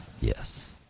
Yes